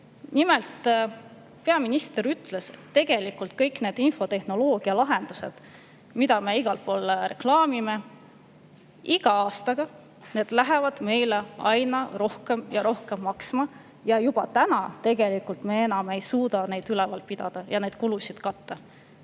Nimelt, peaminister ütles, et tegelikult kõik need infotehnoloogialahendused, mida me igal pool reklaamime, lähevad iga aastaga meile aina rohkem ja rohkem maksma ning juba täna me tegelikult ei suuda neid enam üleval pidada ja neid kulusid katta.